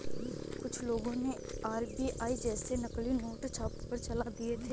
कुछ लोगों ने आर.बी.आई जैसे नकली नोट छापकर चला दिए थे